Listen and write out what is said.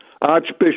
Archbishop